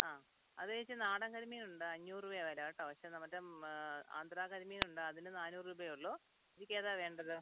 ആ അതേ ചേച്ചി നാടൻ കരിമീനുണ്ട് അഞ്ഞൂറ് രൂപയാണ് വിലയാട്ടോ പക്ഷേ മറ്റേ ആന്ധ്രാ കരിമീനുണ്ട് അതിന് നാന്നൂറ് രൂപയേ ഉള്ളൂ ചേച്ചിക്ക് ഏതാണ് വേണ്ടത്